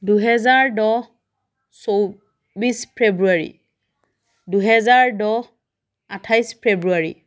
দুহেজাৰ দহ চৌব্বিছ ফেব্ৰুৱাৰী দুহেজাৰ দহ আঠাইছ ফেব্ৰুৱাৰী